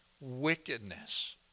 wickedness